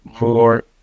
more